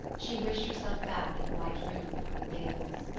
she wished herself back in the white room at green gables.